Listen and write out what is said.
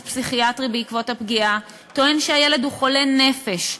פסיכיאטרי בעקבות הפגיעה טוען שהילד הוא חולה נפש,